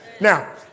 Now